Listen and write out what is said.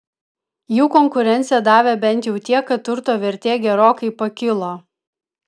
jų konkurencija davė bent jau tiek kad turto vertė gerokai pakilo